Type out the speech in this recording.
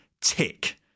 tick